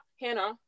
Hannah